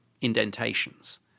indentations